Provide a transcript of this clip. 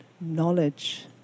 knowledge